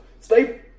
Stay